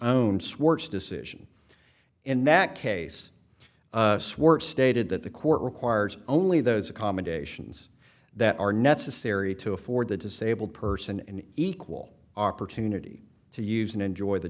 own swarts decision in that case swartz stated that the court requires only those accommodations that are necessary to afford the disabled person an equal opportunity to use and enjoy the